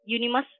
unimas